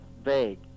vague